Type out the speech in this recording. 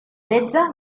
tretze